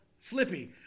slippy